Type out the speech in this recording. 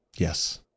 Yes